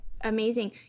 Amazing